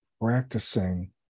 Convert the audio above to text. practicing